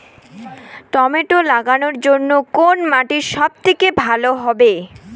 Tomato লাগানোর জন্যে কোন মাটি সব থেকে ভালো হবে?